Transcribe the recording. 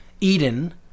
Eden